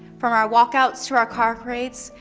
from our walkouts through our car crates,